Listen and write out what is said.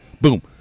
Boom